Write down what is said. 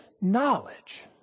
knowledge